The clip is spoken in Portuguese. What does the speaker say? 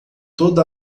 toda